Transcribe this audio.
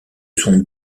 sont